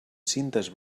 cintes